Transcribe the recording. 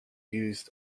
used